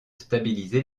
stabiliser